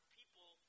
people